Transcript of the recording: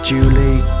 Julie